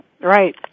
right